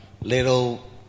little